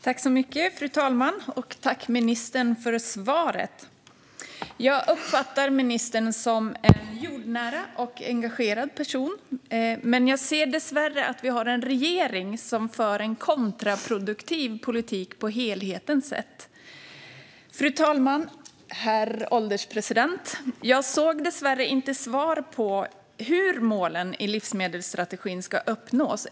Fru talman! Tack, ministern, för svaret! Jag uppfattar ministern som en jordnära och engagerad person. Jag ser dessvärre att vi har en regering som för en kontraproduktiv politik, om man ser till helheten. Herr ålderspresident! Jag hörde dessvärre inget svar på hur målen i livsmedelsstrategin ska uppnås.